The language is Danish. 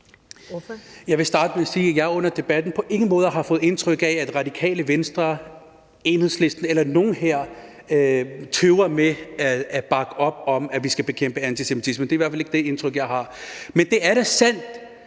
Jeg vil starte med at sige, at jeg under debatten på ingen måde har fået indtryk af, at Radikale Venstre, Enhedslisten eller nogen her tøver med at bakke op om, at vi skal bekæmpe antisemitisme. Det er i hvert fald ikke det indtryk, jeg har. Men det er da sandt,